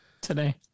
today